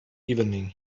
evening